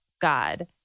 God